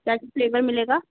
कौन सा फ्लेवर मिलेगा